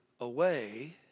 away